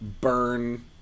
burn